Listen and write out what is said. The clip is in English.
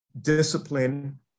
discipline